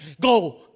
Go